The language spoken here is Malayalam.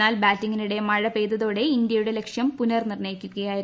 എന്നാൽ ബാറ്റിംഗിനിടെ മഴ പെയ്തതോടെ ഇന്ത്യയുടെ ലക്ഷ്യം പുനർനിർണ്ണയിക്കുകയായിരുന്നു